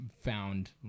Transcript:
found